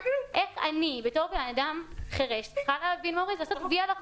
איך אני בתור בנאדם חירש --- לעשות "וי" על החוק.